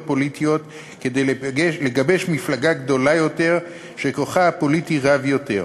פוליטיות כדי לגבש מפלגה גדולה יותר שכוחה הפוליטי רב יותר.